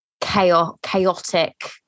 chaotic